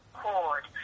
cord